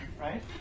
right